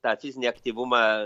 tą fizinį aktyvumą